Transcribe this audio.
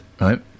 right